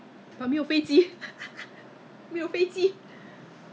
but 他是 black black 然后 with no no no flour coated right